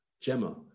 gemma